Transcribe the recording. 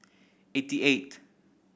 eighty eight